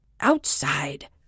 Outside